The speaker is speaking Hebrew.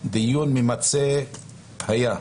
דיון ממצה היה,